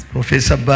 Professor